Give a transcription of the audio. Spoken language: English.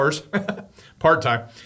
part-time